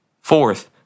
Fourth